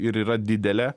ir yra didelė